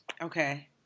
Okay